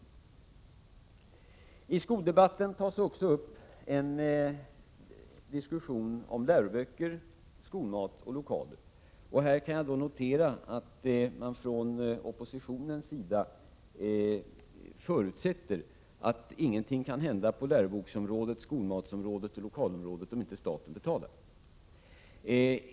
I skoldebatten tas också upp en diskussion om läroböcker, skolmat och lokaler. Här kan jag notera att man från oppositionens sida förutsätter att ingenting kan hända på läroboksområdet, skolmatsområdet och lokalområdet om inte staten betalar.